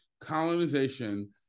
colonization